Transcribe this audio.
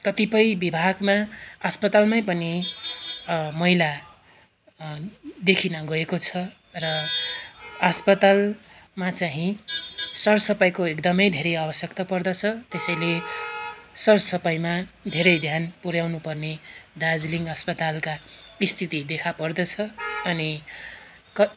कतिपय विभागमा अस्पतालमै पनि मैला देखिन गएको छ र अस्पतालमा चाहिँ सरसफाइको एकदमै धेरै आवश्यकता पर्दछ त्यसैले सरसफाइमा धेरै ध्यान पुर्याउनुपर्ने दार्जिलिङ अस्प्पतालका स्थिति देखापर्दछ अनि क